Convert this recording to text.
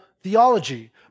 theology